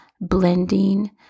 blending